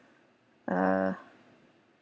uh